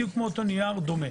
בדיוק אותו נייר, דומה.